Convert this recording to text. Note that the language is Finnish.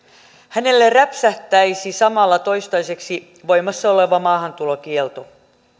hänelle räpsähtäisi samalla toistaiseksi voimassa oleva maahantulokielto